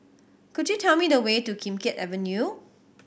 could you tell me the way to Kim Keat Avenue